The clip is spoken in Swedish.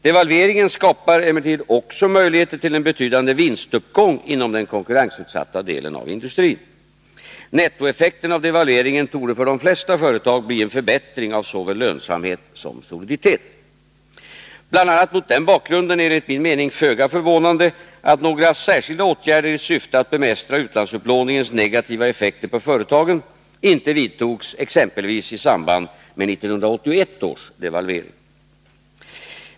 Devalveringen skapar emellertid också möjligheter till en betydande vinstuppgång inom den konkurrensutsatta delen av industrin. Nettoeffekten av devalveringen torde för de flesta företag bli en förbättring av såväl lönsamhet som soliditet. Bl. a. mot den bakgrunden är det enligt min mening föga förvånande att några särskilda åtgärder i syfte att bemästra utlandsupplåningens negativa effekter på företagen inte vidtogs exempelvis i samband med 1981 års devalvering.